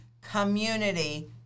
community